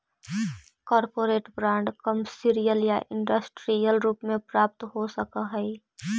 corporate bond commercial या industrial रूप में प्राप्त हो सकऽ हई